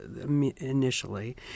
initially